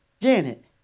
Janet